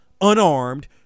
unarmed